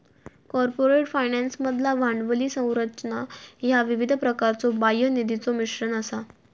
corporate फायनान्समधला भांडवली संरचना ह्या विविध प्रकारच्यो बाह्य निधीचो मिश्रण असा